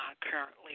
currently